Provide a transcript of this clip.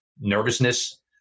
nervousness